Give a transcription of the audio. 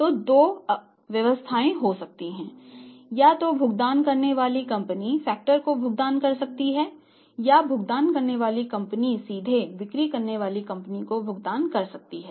तो दो व्यवस्थाएं हो सकती हैं या तो भुगतान करने वाली कंपनी फैक्टर को भुगतान कर सकती है या भुगतान करने वाली कंपनी सीधे विक्री करने वाली कंपनी को भुगतान कर सकती है